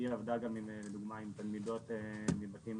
אשתי עבדה לדוגמה עם תלמידות מבתים